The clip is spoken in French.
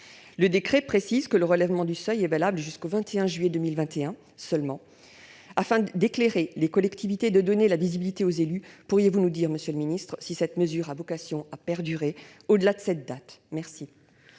Le décret précise que le relèvement du seuil est valable seulement jusqu'au 21 juillet 2021. Afin d'éclairer les collectivités et de donner de la visibilité aux élus, pourriez-vous nous dire, monsieur le ministre, si cette mesure a vocation à perdurer au-delà de cette date ? La